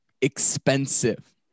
expensive